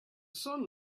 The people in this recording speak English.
sun